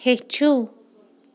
ہیٚچھِو